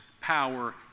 power